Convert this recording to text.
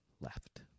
left